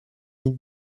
mille